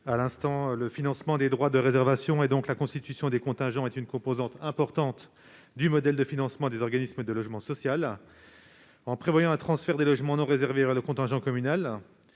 rectifié. Le financement des droits de réservation, et donc la constitution des contingents, est une composante importante du modèle de financement des organismes de logement social. En prévoyant un transfert des logements non réservés vers le contingent communal,